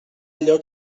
allò